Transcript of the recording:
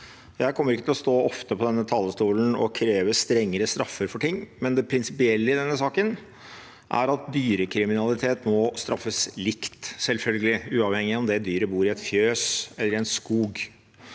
Jeg kommer ikke til å stå ofte på denne talerstolen og kreve strengere straffer for ting. Men det prinsipielle i denne saken er at dyrekriminalitet selvfølgelig må straffes likt, uavhengig av om det dyret bor i et fjøs eller i en skog.